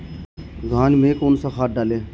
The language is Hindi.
धान में कौन सा खाद डालें?